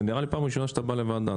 זה נראה לי פעם ראשונה שאתה בא לוועדה.